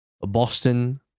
Boston